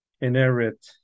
inherit